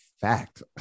fact